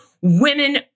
women